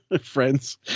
friends